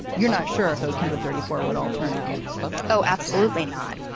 you're not sure if those hundred thirty four would all turn out oh absolutely not.